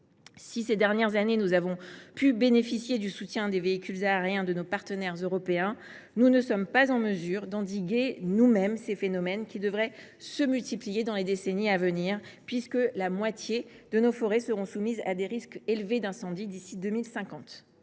période estivale. Si nous avons pu bénéficier du soutien des véhicules aériens de nos partenaires européens ces dernières années, nous ne sommes pas en mesure d’endiguer nous mêmes ces phénomènes, qui devraient se multiplier au cours des décennies à venir, puisque la moitié de nos forêts seront soumises à des risques élevés d’incendies d’ici à 2050.